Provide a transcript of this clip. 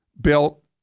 built